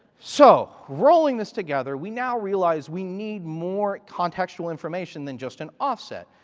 so, rolling this together, we now realize we need more contextual information than just an offset.